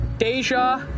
Deja